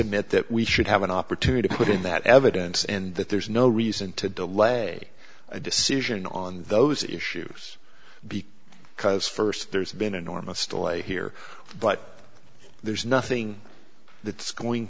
submit that we should have an opportunity to put in that evidence and that there's no reason to delay a decision on those issues because because first there's been enormous toy here but there's nothing that's going